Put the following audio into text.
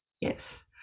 Yes